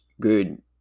good